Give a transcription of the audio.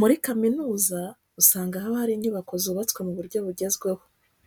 Muri kaminuza usanga haba hari inyubako zubatswe mu buryo bugezweho.